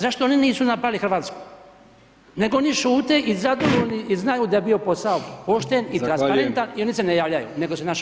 Zašto oni nisu napali Hrvatsku, nego oni šute i zadovoljni i znaju da je bio posao pošten i transparentan [[Upadica: Zahvaljujem.]] i oni se ne javljaju, nego se našao